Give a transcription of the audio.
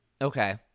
Okay